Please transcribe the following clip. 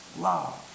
love